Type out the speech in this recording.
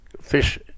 fish